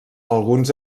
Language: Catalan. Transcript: alguns